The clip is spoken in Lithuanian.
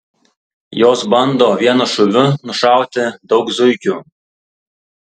jos bando vienu šūviu nušauti daug zuikių